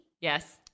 Yes